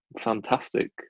fantastic